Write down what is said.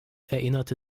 erinnerte